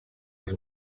els